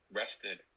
rested